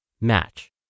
match